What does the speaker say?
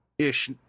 ish